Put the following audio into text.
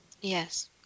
Yes